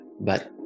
but-